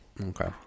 Okay